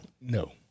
No